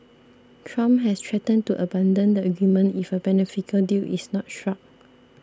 Trump has threatened to abandon the agreement if a beneficial deal is not struck